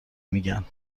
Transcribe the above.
میگن